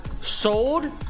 sold